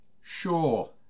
Sure